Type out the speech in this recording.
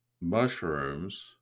mushrooms